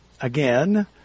again